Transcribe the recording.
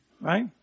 right